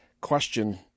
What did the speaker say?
question